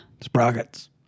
sprockets